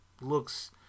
Looks